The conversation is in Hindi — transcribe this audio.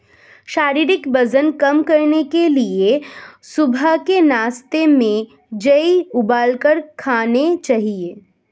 शारीरिक वजन कम करने के लिए सुबह के नाश्ते में जेई उबालकर खाने चाहिए